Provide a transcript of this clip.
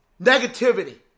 Negativity